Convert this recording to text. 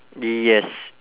yes